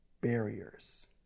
barriers